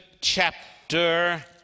chapter